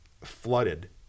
flooded